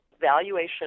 valuation